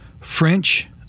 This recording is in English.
French